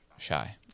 shy